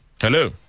Hello